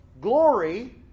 Glory